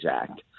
Act